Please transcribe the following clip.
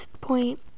point